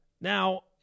Now